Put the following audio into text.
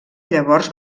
llavors